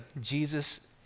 Jesus